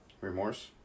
remorse